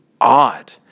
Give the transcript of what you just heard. odd